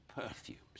perfumes